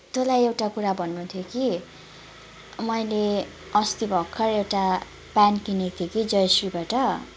तँलाई एउटा कुरो भन्नु थियो कि मैले अस्ति भर्खर एउटा पेन्ट किनेको थियो कि जयश्रीबाट